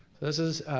this is